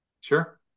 Sure